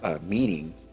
meeting